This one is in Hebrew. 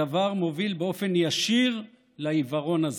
הדבר מוביל באופן ישיר לעיוורון הזה,